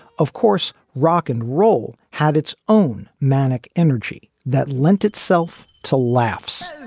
of course, rock and roll had its own manic energy that lent itself to laughs